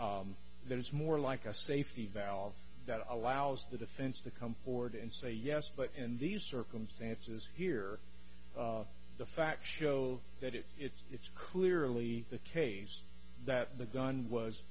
that is more like a safety valve that allows the defense to come forward and say yes but in these circumstances here the facts show that it it's clearly the case that the gun was